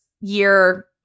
year